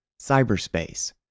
cyberspace